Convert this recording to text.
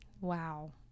wow